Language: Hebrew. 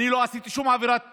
אני לא עשיתי שום עבירת תנועה,